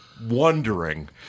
Wondering